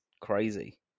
crazy